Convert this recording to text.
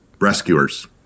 rescuers